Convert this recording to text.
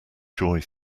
joy